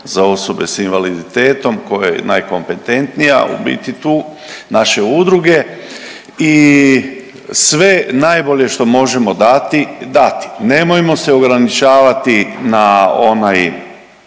za osobe s invaliditetom koja je najkompetentnija u biti tu, naše udruge i sve najbolje što možemo dati dati, nemojmo se ograničavati na onaj,